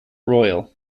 royal